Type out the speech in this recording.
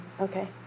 Okay